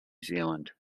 zealand